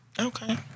Okay